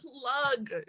plug